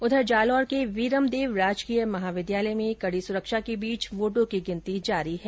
उधर जालौर के वीरमदेव राजकीय महाविद्यालय में कडी सुरक्षा के बीच वोटों की गिनती जारी है